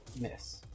miss